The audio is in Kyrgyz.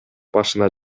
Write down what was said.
башына